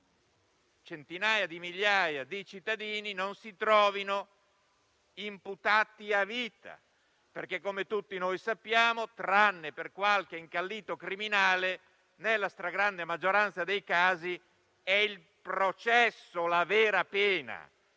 centinaia di migliaia di cittadini non si trovino imputati a vita. Come tutti sappiamo, infatti, tranne per qualche incallito criminale, nella stragrande maggioranza dei casi è il processo la vera pena,